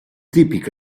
típic